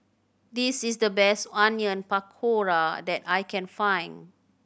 this is the best Onion Pakora that I can find